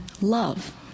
love